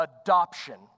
adoption